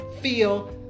feel